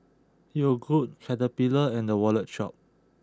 Yogood Caterpillar and The Wallet Shop